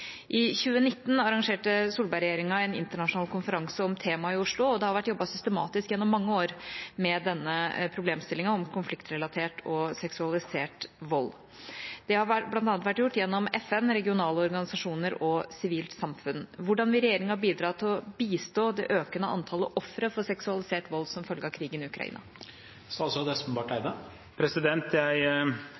I 2019 arrangerte Solberg-regjeringen en internasjonal konferanse om temaet i Oslo, og det har vært jobbet systematisk gjennom mange år for å bekjempe konfliktrelatert seksualisert og kjønnsbasert vold, blant annet gjennom FN, regionale organisasjoner og sivilsamfunnet. Hvordan vil regjeringen bidra til å bistå det økende antallet ofre for seksualisert vold som følge av krigen i